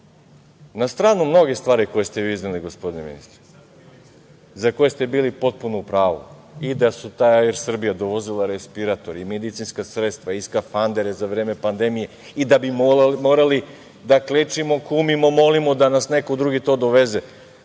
Na stranu mnoge stvari koje ste vi izneli, gospodine ministre, za koje ste bili potpuno u pravu, i da je taj „Er Srbija“ dovozio respiratore i medicinska sredstva i skafandere za vreme pandemije i da bi morali da klečimo, kumimo, molimo da nam neko drugi to doveze,